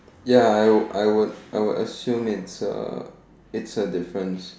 ya I would I would I would assume it's a it's a difference